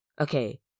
Okay